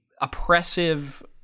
oppressive